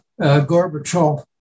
Gorbachev